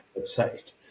website